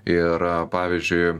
ir pavyzdžiui